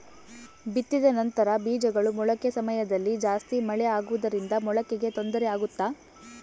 ಬಿತ್ತಿದ ನಂತರ ಬೇಜಗಳ ಮೊಳಕೆ ಸಮಯದಲ್ಲಿ ಜಾಸ್ತಿ ಮಳೆ ಆಗುವುದರಿಂದ ಮೊಳಕೆಗೆ ತೊಂದರೆ ಆಗುತ್ತಾ?